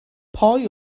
pwy